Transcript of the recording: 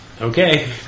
Okay